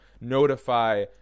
notify